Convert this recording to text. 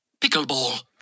Pickleball